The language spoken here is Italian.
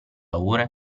ore